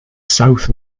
south